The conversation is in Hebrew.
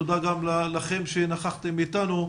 תודה גם לכם שנכחתם אתנו.